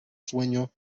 sueño